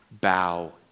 bow